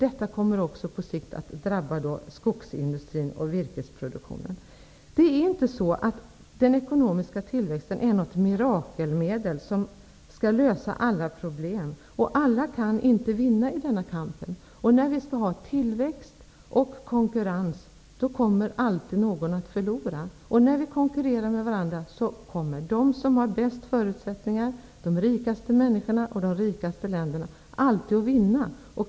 Detta kommer också på sikt att drabba skogsindustrin och virkesproduktionen. Den ekonomiska tillväxten är inte något mirakelmedel som skall lösa alla problem. Alla kan inte vinna i denna kamp. När vi skall ha tillväxt och konkurrens kommer alltid någon att förlora. När vi konkurrerar med varandra kommer de som har bäst förutsättningar, de rikaste människorna och de rikaste länderna, alltid att vinna.